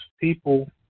People